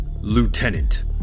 Lieutenant